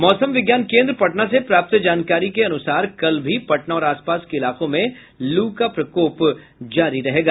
मौसम विज्ञान केन्द्र पटना से प्राप्त जानकारी के अनुसार कल भी पटना और आसपास के इलाकों में लू का प्रकोप जारी रहेगा